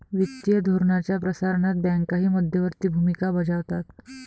वित्तीय धोरणाच्या प्रसारणात बँकाही मध्यवर्ती भूमिका बजावतात